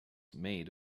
made